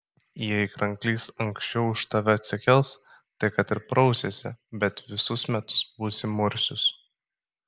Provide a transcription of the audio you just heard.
jei kranklys anksčiau už tave atsikels tai kad ir prausiesi bet visus metus būsi murzius